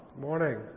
Morning